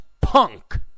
punk